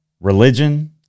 religion